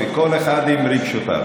כל אחד ורגשותיו.